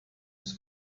was